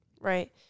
Right